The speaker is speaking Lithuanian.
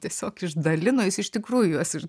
tiesiog išdalino jis iš tikrųjų juos